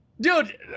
dude